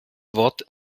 wort